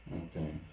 Okay